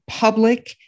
public